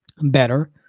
better